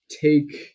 take